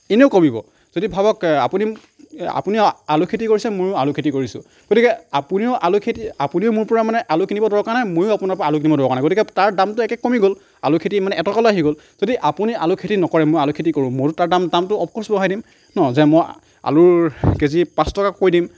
এনেও কমিব যদি ভাবক আপুনি আপুনি আলু খেতি কৰিছে মইও আলু খেতি কৰিছোঁ গতিকে আপুনিও আলু খেতি আপুনিও মোৰ পৰা মানে আলু কিনিব দৰকাৰ নাই ময়ো আপোনাৰ পৰা আলু কিনিব দৰকাৰ নাই গতিকে তাৰ দামটো একেবাৰে কমি গ'ল আলুখেতি মানে এটকালে আহি গ'ল যদি আপুনি আলুখেতি নকৰে মই আলু খেতি কৰো মইটো তাৰ দাম দামটো অফক'ৰ্ছ বঢ়াই দিম ন যে মই আলুৰ কেজি পাঁচ টকা কৰি দিম